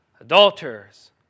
adulterers